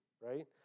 right